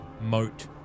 moat